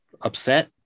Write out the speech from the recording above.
upset